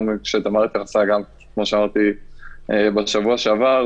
וגם כפי שאמרתי בשבוע שעבר,